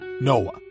Noah